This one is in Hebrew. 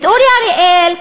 את אורי אריאל,